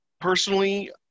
Personally